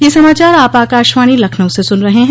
ब्रे क यह समाचार आप आकाशवाणी लखनऊ से सुन रहे हैं